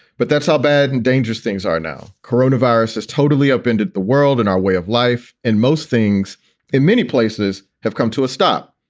but that's how bad and dangerous things are now. coronavirus is totally up into the world. and our way of life in most things in many places have come to a stop,